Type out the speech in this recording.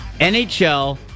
NHL